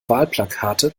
wahlplakate